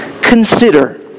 Consider